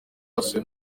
yasuwe